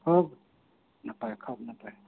okay ᱠᱷᱩᱵ ᱱᱟᱯᱟᱭ ᱠᱷᱩᱵ ᱱᱟᱯᱟᱭ